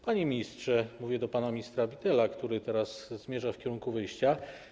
Panie ministrze, mówię do pana ministra Bittela, który teraz zmierza w kierunku wyjścia.